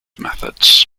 methods